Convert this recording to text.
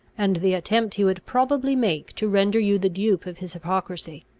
and the attempt he would probably make to render you the dupe of his hypocrisy.